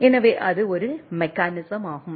எனவே அது ஒரு மெக்கானிசமாகும்